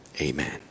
amen